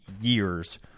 years